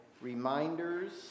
reminders